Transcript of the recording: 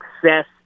success